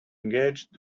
engaged